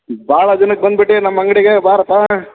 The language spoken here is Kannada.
ಭಾಳ ದಿನಕ್ಕೆ ಬಂದುಬಿಟ್ಟೆ ನಮ್ಮ ಅಂಗಡಿಗೆ ಬಾರಪ್ಪ